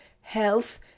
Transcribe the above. health